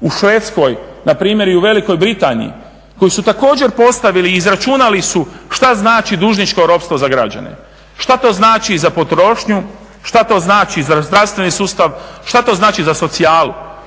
u Švedskoj, npr. i u Velikoj Britaniji koji su također postavili, izračunali su šta znači dužničko ropstvo za građane, šta to znači za potrošnju, šta to znači za zdravstveni sustav, šta to znači za socijalu?